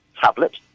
tablet